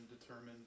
determined